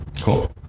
Cool